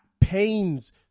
pains